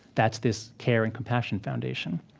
that's this care and compassion foundation.